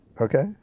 Okay